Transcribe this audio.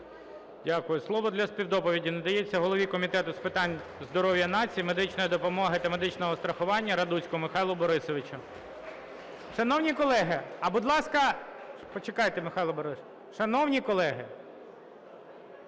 Дякую. Слово для співдоповіді надається голові Комітету з питань здоров'я нації, медичної допомоги та медичного страхування Радуцькому Михайлу Борисовичу. Шановні колеги, а, будь ласка. Почекайте, Михайло Борисовичу. Шановні колеги,